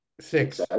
six